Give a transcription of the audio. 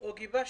או גיבשתי,